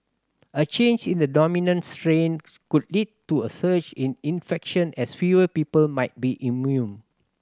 a change in the dominant strain could lead to a surge in infection as fewer people might be immune